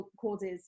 causes